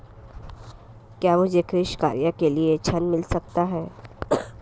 क्या मुझे कृषि कार्य के लिए ऋण मिल सकता है?